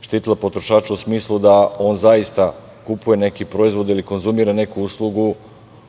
štitila potrošača u smislu da on zaista kupuje neki proizvod ili konzumira neku uslugu